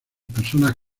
personas